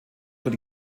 wird